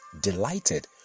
delighted